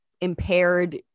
impaired